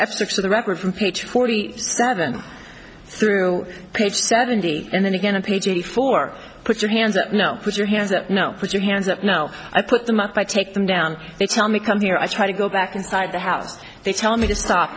of the record from page forty seven through page seventy and then again in page eighty four put your hands up no put your hands up no put your hands up no i put them up i take them down they tell me come here i try to go back inside the house they tell me to stop